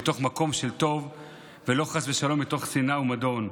מתוך מקום של טוב ולא חס ושלום מתוך שנאה ומדון,